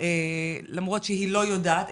למרות שהיא לא יודעת.